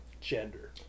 gender